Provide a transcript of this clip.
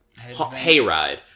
hayride